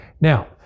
Now